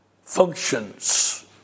functions